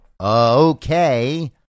Okay